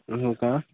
हो का